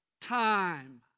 time